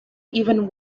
even